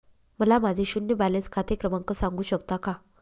मला माझे शून्य बॅलन्स खाते क्रमांक सांगू शकता का?